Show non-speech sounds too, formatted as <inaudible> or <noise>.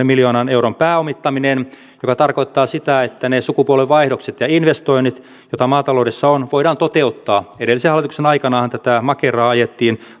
<unintelligible> miljoonan euron pääomittaminen joka tarkoittaa sitä että ne sukupolvenvaihdokset ja investoinnit joita maataloudessa on voidaan toteuttaa edellisen hallituksen aikanahan tätä makeraa ajettiin